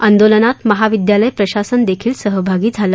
आंदोलनात महाविद्यालय प्रशासन देखील सहभागी झाले